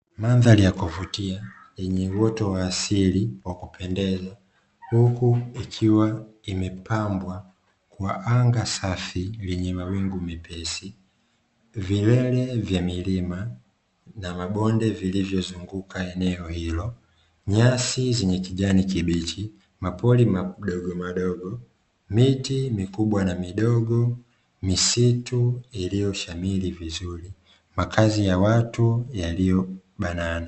Mandhari ya kuvutia yenye uoto wa asili wa kupendeza; huku ikiwa imepambwa kwa anga safi lenye mawingu mepesi, vilele vya milima na mabonde vilivyozunguka eneo hilo, nyasi zenye kijani kibichi, mapori madogomadogo, miti mikubwa na midogo, misitu iliyoshamiri vizuri, makazi ya watu yaliyobanana.